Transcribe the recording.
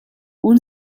اون